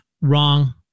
Wrong